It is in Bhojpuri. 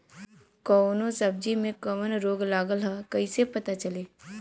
कौनो सब्ज़ी में कवन रोग लागल ह कईसे पता चली?